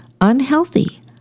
unhealthy